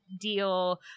deal